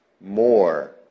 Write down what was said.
more